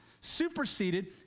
superseded